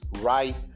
right